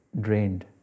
drained